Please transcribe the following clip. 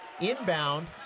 Inbound